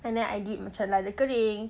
and then I did macam lada kering